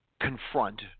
confront